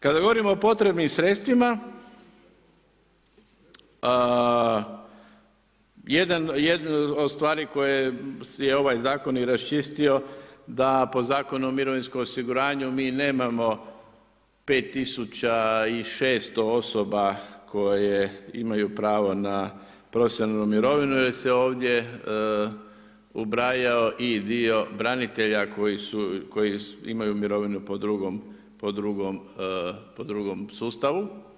Kada govorimo o potrebnim sredstvima, jedan od stvari koje je ovaj zakon i raščistio da po Zakonu o mirovinskom osiguranju, mi nemamo 5600 osoba koje imaju pravo na profesionalnu mirovinu, jer se je ovdje ubrajao i dio branitelja, koji imaju mirovinu po drugom sustavu.